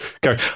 go